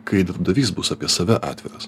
kai darbdavys bus apie save atviras